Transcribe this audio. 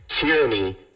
tyranny